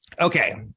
Okay